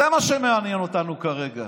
זה מה שמעניין אותנו כרגע.